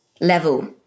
level